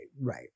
right